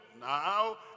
Now